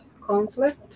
conflict